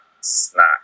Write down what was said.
snack